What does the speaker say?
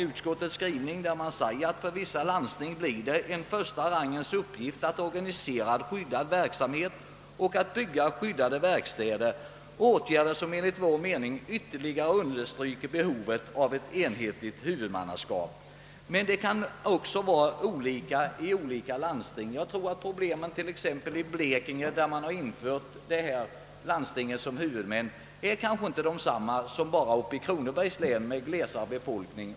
Utskottet framhåller klart att det för vissa landsting kan bli en angelägenhet av första rangen att organisera skyddad verksamhet och att bygga skyddade verkstäder åtgärder som enligt vår mening ytterligare understryker behovet av ett enhetligt huvudmannaskap. Förhållandena kan emellertid vara olika vid olika landsting. Jag tror att problemen t.ex. i Blekinge, där man infört denna ordning med landstinget som huvudman, är annorlunda än problemen t.o.m. i eit så näraliggande län som Kronobergs län med glesare befolkning.